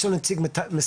יש נציג משרד התחבורה,